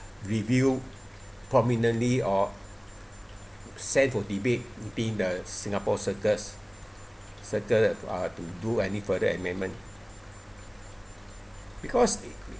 review prominently or send for debate being the singapore circles circle uh to do any further amendment because